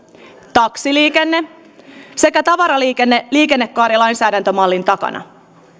taksiliikenne sekä tavaraliikenne liikennekaarilainsäädäntömallin takana